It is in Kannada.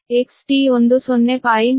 24 ಆಗಿದೆ XT1 0